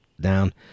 down